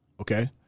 Okay